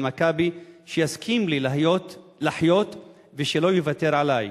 "מכבי" שיסכים לי לחיות ושלא יוותר עלי.